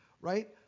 right